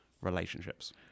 relationships